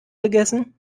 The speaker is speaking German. gegessen